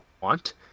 want